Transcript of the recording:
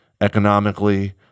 economically